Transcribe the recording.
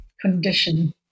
condition